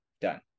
done